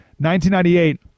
1998